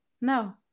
No